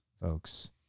folks